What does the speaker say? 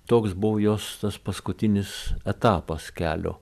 toks buvo jos paskutinis etapas kelio